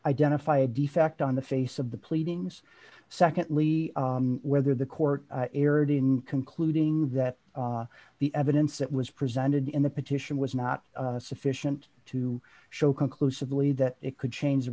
identify a defect on the face of the pleadings secondly whether the court erred in concluding that the evidence that was presented in the petition was not sufficient to show conclusively that it could change the